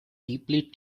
deeply